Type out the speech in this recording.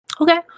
Okay